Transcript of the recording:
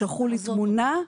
שלחו לי תמונה,